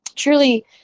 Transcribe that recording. truly